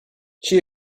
she